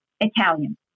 Italian